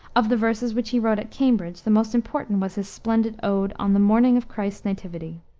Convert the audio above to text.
of the verses which he wrote at cambridge, the most important was his splendid ode on the morning of christ's nativity.